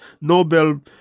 Nobel